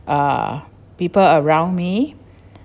uh people around me